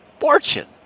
fortune